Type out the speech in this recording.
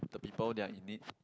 the people that are in need